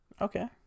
Okay